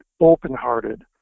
open-hearted